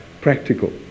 practical